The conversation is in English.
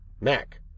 Mac